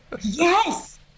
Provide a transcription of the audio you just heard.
yes